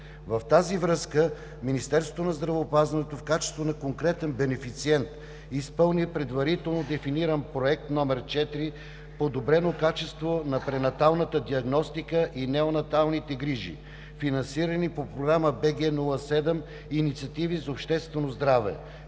В тази връзка Министерството на здравеопазването в качеството на конкретен бенефициент изпълни предварително Дефиниран проект № 4 „Подобрено качество на пренаталната диагностика и неонаталните грижи“, финансирани по Програма БГ 07 „Инициативи за обществено здраве“,